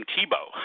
Tebow